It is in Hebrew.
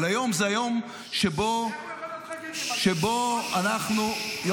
אבל היום זה היום שבו ------ איך זה יכול